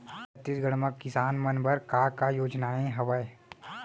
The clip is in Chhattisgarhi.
छत्तीसगढ़ म किसान मन बर का का योजनाएं हवय?